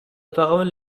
parole